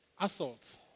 assault